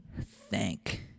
thank